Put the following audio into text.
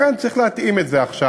לכן, צריך להתאים את זה עכשיו,